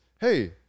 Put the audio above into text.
hey